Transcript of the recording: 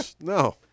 No